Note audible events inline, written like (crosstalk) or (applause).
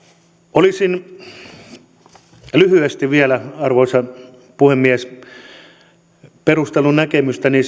olisin lyhyesti vielä arvoisa puhemies perustellut näkemystäni (unintelligible)